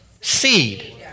seed